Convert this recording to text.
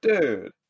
Dude